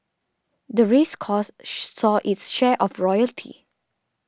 the race course saw its share of royalty